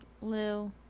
Lou